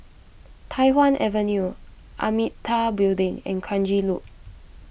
Tai Hwan Avenue Amitabha Building and Kranji Loop